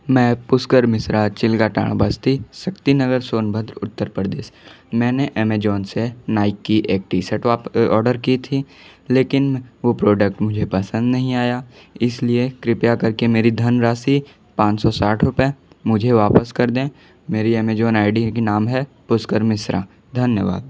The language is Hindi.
मैं पुस्कर मिश्रा छिलगटार बस्ती सक्तिनगर सोनभद्र उत्तर प्रदेश मैंने एमेजॉन से नाइक की एक टी सर्ट ऑर्डर की थी लेकिन वो प्रोडक्ट मुझे पसंद नहीं आया इसलिए कृपया करके मेरी धन राशि पाँच सौ साठ रुपए मुझे वापस कर दें मेरी एमेजॉन आई डी की नाम है पुस्कर मिश्रा धन्यवाद